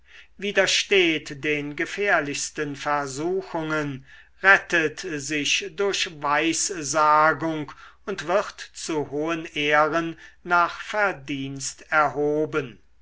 widersteht den gefährlichsten versuchungen rettet sich durch weissagung und wird zu hohen ehren nach verdienst erhoben